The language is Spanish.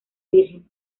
virgen